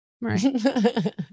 right